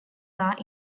barre